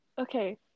Okay